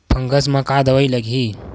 Fungus म का दवाई लगी?